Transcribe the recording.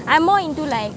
I'm more into like